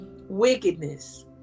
Wickedness